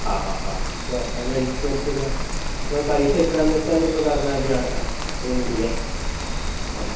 ആ ആ ആ അപ്പോൾ അതിനനുസരിച്ചുള്ള പൈസ എത്രയാണെന്ന് വെച്ചാൽ നിങ്ങൾ പറഞ്ഞാൽ മതി ഞാൻ പെയ്മെൻ്റ് ചെയ്യാം ആ